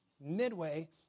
midway